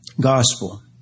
gospel